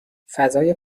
فضای